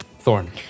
Thorn